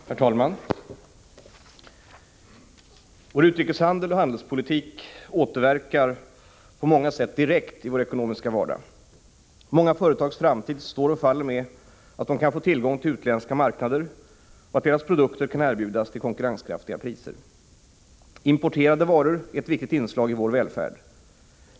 Herr talman! Vår utrikeshandel och handelspolitik återverkar på många sätt direkt i vår ekonomiska vardag. Många företags framtid står och faller med att de kan få tillgång till utländska marknader och att deras produkter kan erbjudas till konkurrenskraftiga priser. Importerade varor är ett viktigt inslag i vår välfärd.